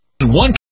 One